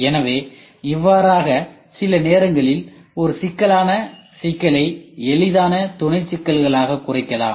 எனவே இவ்வாறாக சில நேரங்களில் ஒரு சிக்கலான சிக்கலை எளிதாக துணை சிக்கல்களாக குறைக்கலாம்